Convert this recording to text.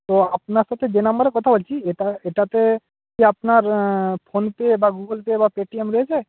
তো আপানার সাথে যে নাম্বারে কথা বলছি এটা এটাতে কি আপনার ফোন পে বা গুগল পে বা পে টি এম রয়েছে